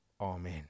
Amen